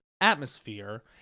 atmosphere